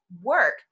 work